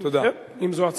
תודה.